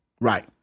Right